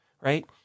right